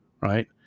right